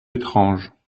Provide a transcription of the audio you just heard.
étrange